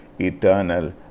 eternal